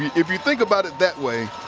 if you think about it that way,